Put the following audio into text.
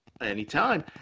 Anytime